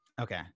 okay